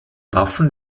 waffen